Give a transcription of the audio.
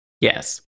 Yes